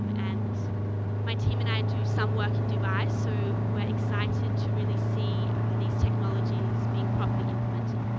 um and my team and i do some work in du bai. so we're excited to really see these technologies being properly implemented.